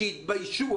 שיתביישו,